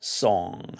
Song